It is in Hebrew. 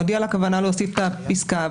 נודיע על הכוונה להוסיף את הפסקה.